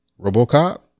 Robocop